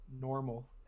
normal